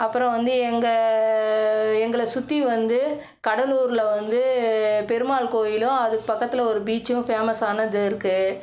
அப்புறம் வந்து எங்கள் எங்களை சுற்றி வந்து கடலூர்ல வந்து பெருமாள் கோயிலும் அதுக்கு பக்கத்தில் ஒரு பீச்சும் ஃபேமஸானது இருக்குது